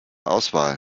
auswahl